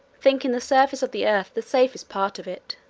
thinking the surface of the earth the safest part of it.